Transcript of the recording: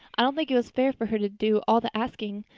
i don't think it was fair for her to do all the asking.